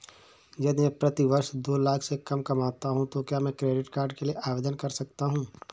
यदि मैं प्रति वर्ष दो लाख से कम कमाता हूँ तो क्या मैं क्रेडिट कार्ड के लिए आवेदन कर सकता हूँ?